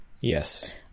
Yes